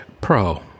Pro